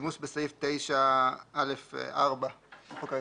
לשימוש בסעיף 4/א/9 לחוק האזרחות?